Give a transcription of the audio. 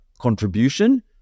contribution